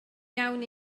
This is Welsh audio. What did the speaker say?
iawn